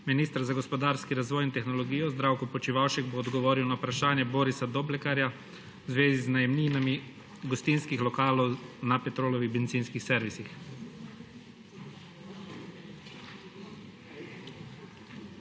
Minister za gospodarski razvoj in tehnologijo Zdravko Počivalšek bo odgovoril na vprašanje Borisa Doblekarja v zvezi z najemninami gostinskih lokalov na Petrolovih bencinskih servisih.